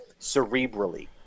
cerebrally